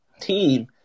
team